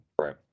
Right